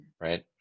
right